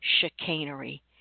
chicanery